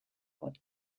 what